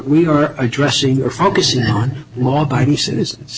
we are addressing or focusing on law abiding citizens